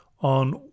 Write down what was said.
on